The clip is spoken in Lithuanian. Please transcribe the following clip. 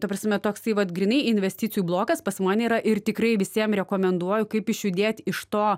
ta prasme toksai vat grynai investicijų blokas pas mane yra ir tikrai visiem rekomenduoju kaip išjudėt iš to